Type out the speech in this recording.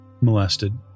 molested